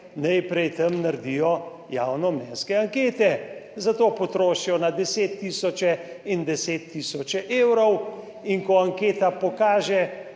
najprej tam naredijo javnomnenjske ankete, za to potrošijo na deset tisoče in deset tisoče evrov, in ko anketa pokaže,